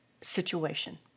situation